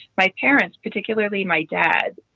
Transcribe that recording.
my parents, particularly my dad,